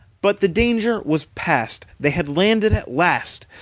but the danger was past they had landed at last,